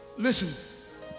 listen